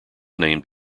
named